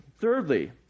Thirdly